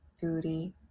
beauty